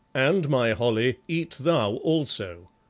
and, my holly, eat thou also.